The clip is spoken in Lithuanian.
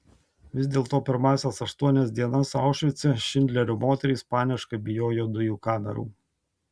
vis dėlto pirmąsias aštuonias dienas aušvice šindlerio moterys paniškai bijojo dujų kamerų